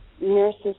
nurses